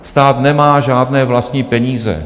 Stát nemá žádné vlastní peníze.